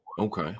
Okay